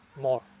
more